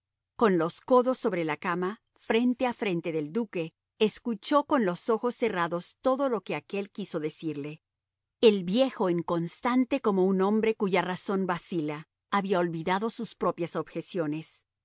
con los codos sobre la cama frente a frente del duque escuchó con los ojos cerrados todo lo que aquél quiso decirle el viejo inconstante como un hombre cuya razón vacila había olvidado sus propias objeciones